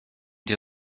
die